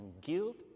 guilt